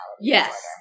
yes